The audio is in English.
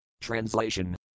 Translation